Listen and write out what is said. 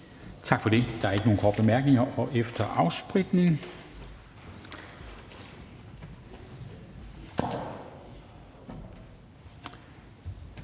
ordføreren. Der er ikke flere korte bemærkninger. Og efter afspritning